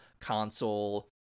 console